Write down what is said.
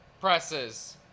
presses